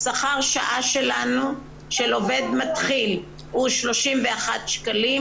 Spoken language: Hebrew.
שכר שעה של עובד מתחיל הוא 31 שקלים,